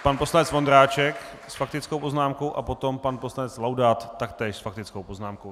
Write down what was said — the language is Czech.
Pan poslanec Vondráček s faktickou poznámkou a potom pan poslanec Laudát taktéž s faktickou poznámkou.